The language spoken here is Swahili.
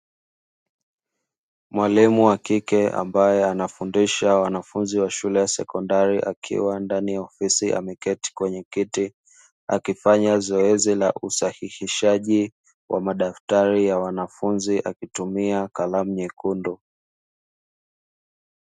Mwalimu wa kike ambaye anafundisha wanafunzi wa shule ya sekondari, akiwa ndani ya ofisi ameketi kwenye kiti, akifanya zoezi la usahihishaji wa madaftari ya wanafunzi, akitumia kalamu nyekundu.